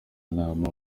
nama